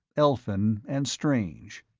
elfin and strange,